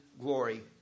glory